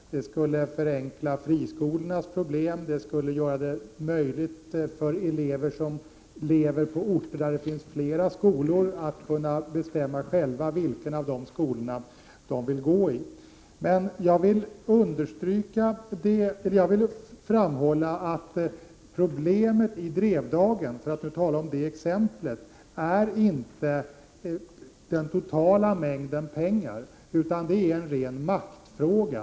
Det skulle lösa friskolornas problem, det skulle göra det möjligt för elever som bor på orter, där det finns flera skolor, att själva bestämma vilken av skolorna de vill gå i. Men när det gäller exemplet Drevdagen vill jag framhålla att där är problemet inte den totala mängden pengar, utan det gäller en ren maktfråga.